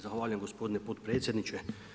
Zahvaljujem gospodine potpredsjedniče.